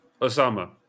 Osama